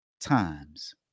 times